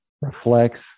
reflects